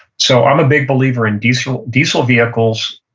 so i'm a big believer in diesel diesel vehicles.